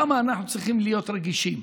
כמה אנחנו צריכים להיות רגישים.